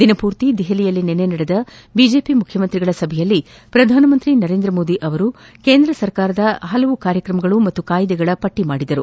ದಿನಪೂರ್ತಿ ದೆಹಲಿಯಲ್ಲಿ ನಿನ್ನೆ ನಡೆದ ಬಿಜೆಪಿ ಮುಖ್ಯಮಂತ್ರಿಗಳ ಸಭೆಯಲ್ಲಿ ಪ್ರಧಾನಮಂತ್ರಿ ನರೇಂದ್ರ ಮೋದಿಯವರು ಕೇಂದ್ರ ಸರ್ಕಾರದ ನಾನಾ ಕಾರ್ಯಕ್ರಮಗಳು ಮತ್ತು ಕಾಯ್ದೆಗಳ ಪಟ್ಟ ಮಾಡಿದರು